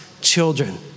children